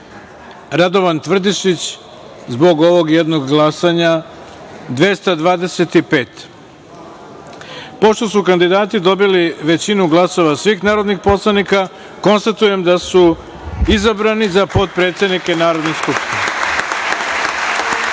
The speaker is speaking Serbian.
Radovan Tvrdišić, zbog ovog jednog glasanja, 225.Pošto su kandidati dobili većinu glasova svih narodnih poslanika, konstatujem da su izabrani za potpredsednike Narodne